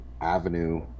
avenue